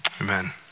Amen